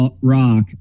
Rock